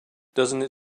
doesn’t